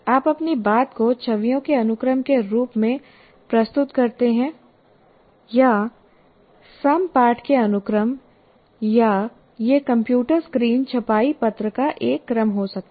आप अपनी बात को छवियों के अनुक्रम के रूप में प्रस्तुत करते हैं या सम पाठ के अनुक्रम या यह कंप्यूटर स्क्रीन छपाई पत्र का एक क्रम हो सकता है